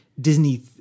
Disney